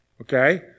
Okay